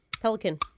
Pelican